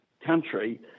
country